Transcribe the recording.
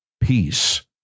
peace